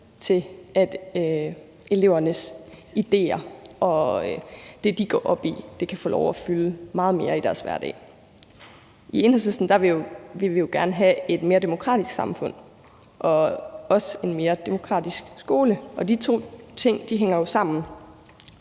til, at elevernes idéer og det, de går op i, kan få lov at fylde meget mere i deres hverdag. I Enhedslisten vil vi gerne have et mere demokratisk samfund og også en mere demokratisk skole, og de to ting hænger jo sammen.